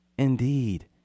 Indeed